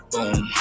Boom